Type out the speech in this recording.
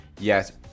Yes